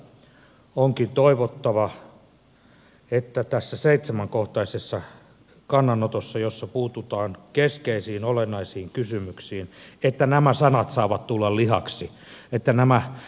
onkin toivottavaa että tässä seitsemänkohtaisessa kannanotossa jossa puututaan keskeisiin olennaisiin kysymyksiin olevat sanat tulevat lihaksi että nämä sanat todellistuisivat